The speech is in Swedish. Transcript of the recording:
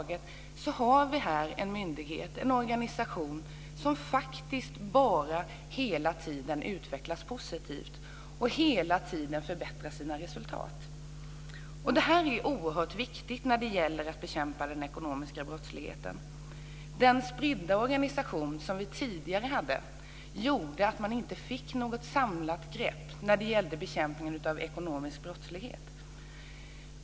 Men här har vi en myndighet och en organisation som faktiskt bara hela tiden utvecklas positivt och hela tiden förbättrar sina resultat. Detta är oerhört viktigt när det gäller att bekämpa den ekonomiska brottsligheten. Den spridda organisation som vi tidigare hade gjorde att man inte fick något samlat grepp på bekämpningen av ekonomisk brottslighet.